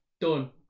done